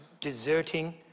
deserting